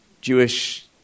Jewish